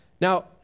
Now